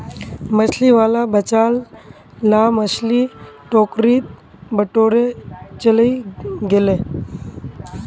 मछली वाला बचाल ला मछली टोकरीत बटोरे चलइ गेले